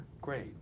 Great